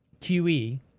QE